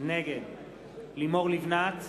נגד לימור לבנת,